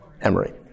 Emory